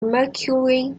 mercury